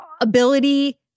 ability